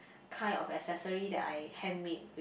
kind of accessory that I handmade